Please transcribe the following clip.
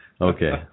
Okay